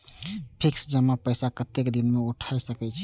Fix जमा पैसा कतेक दिन में उठाई सके छी?